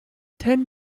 ten